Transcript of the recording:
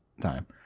time